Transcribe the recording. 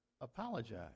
apologize